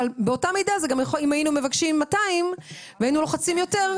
אבל באותה מידה אם היינו מבקשים 200 והיינו לוחצים יותר,